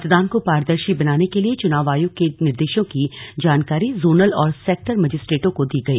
मतदान को पारदर्शी बनाने के लिए चुनाव आयोग के निर्देशों की जानकारी जोनल और सेक्टर मजिस्ट्रेटों को दी गई